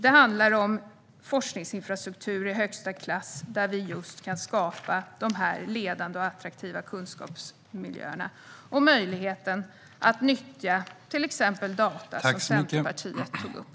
Det handlar om forskningsinfrastruktur av högsta klass, där vi kan skapa de ledande och attraktiva kunskapsmiljöerna, och möjligheten att nyttja till exempel data, som Centerpartiet tog upp.